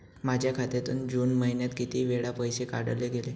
माझ्या खात्यातून जून महिन्यात किती वेळा पैसे काढले गेले?